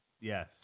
Yes